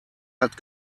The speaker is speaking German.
hat